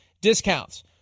discounts